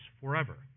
forever